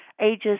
ages